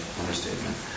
understatement